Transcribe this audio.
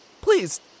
Please